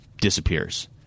disappears